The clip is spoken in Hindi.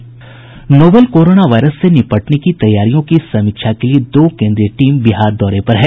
नोवल कोरोना वायरस से निपटने की तैयारियों की समीक्षा के लिए दो केन्द्रीय टीम बिहार दौरे पर है